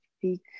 speak